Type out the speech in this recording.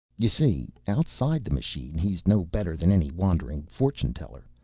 you see. outside the machine, he's no better than any wandering fortuneteller.